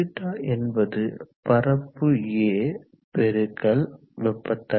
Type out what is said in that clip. rθ என்பது பரப்பு A பெருக்கல் வெப்ப தடை